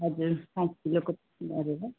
हजुर पाँच किलोको गरेर